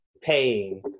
paying